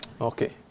Okay